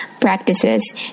practices